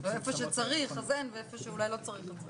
איפה שצריך אין ואיפה שאולי לא צריך, יש.